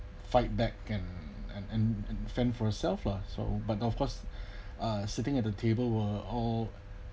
fight back and and and fend for herself lah so but of course uh sitting at the table were all